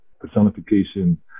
personification